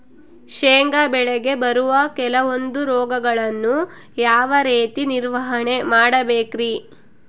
ಶೇಂಗಾ ಬೆಳೆಗೆ ಬರುವ ಕೆಲವೊಂದು ರೋಗಗಳನ್ನು ಯಾವ ರೇತಿ ನಿರ್ವಹಣೆ ಮಾಡಬೇಕ್ರಿ?